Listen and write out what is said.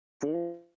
four